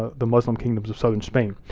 the muslim kingdoms of southern spain.